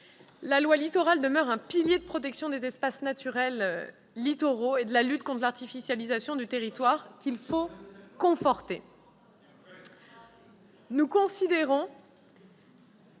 la loi Littoral demeure un pilier de la protection des espaces naturels littoraux et de la lutte contre l'artificialisation du territoire qu'il faut conforter. C'est vrai ! Nous